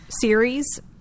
series